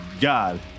God